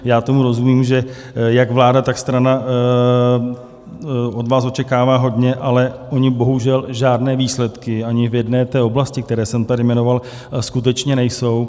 Já tomu rozumím tak, že jak vláda, tak strana od vás očekávají hodně, ale ony bohužel žádné výsledky ani v jedné té oblasti, které jsem tady jmenoval, skutečně nejsou.